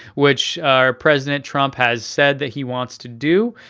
which our president, trump, has said that he wants to do.